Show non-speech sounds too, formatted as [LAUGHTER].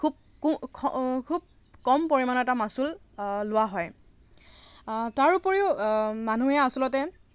[UNINTELLIGIBLE] খুব খুব কম পৰিমাণৰ এটা মাচুল লোৱা হয় তাৰোপৰিও মানুহে আচলতে